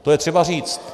To je třeba říct.